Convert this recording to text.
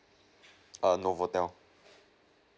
err novotel